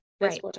Right